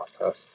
process